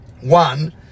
One